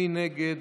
מי נגד?